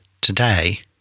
today